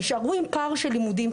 נשארו להם פער של לימודים,